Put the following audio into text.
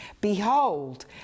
Behold